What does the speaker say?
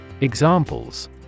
Examples